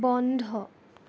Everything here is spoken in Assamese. বন্ধ